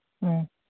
ꯑ